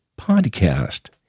Podcast